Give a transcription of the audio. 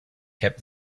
kept